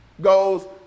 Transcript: goes